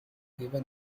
given